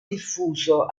diffuso